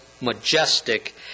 majestic